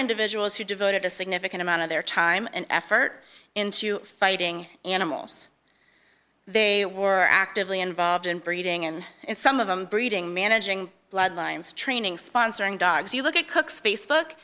individuals who devoted a significant amount of their time and effort into fighting animals they were actively involved in breeding and in some of them breeding managing bloodlines training sponsoring dogs you look at cook's facebook